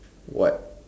what